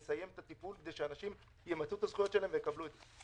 לסיים את הטיפול כדי שאנשים ימצו את הזכויות שלהם ויקבלו את המענק.